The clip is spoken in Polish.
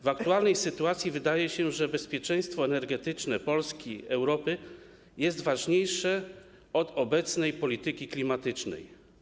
W aktualnej sytuacji wydaje się, że bezpieczeństwo energetyczne Polski i Europy jest ważniejsze od obecnej polityki klimatycznej.